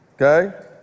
okay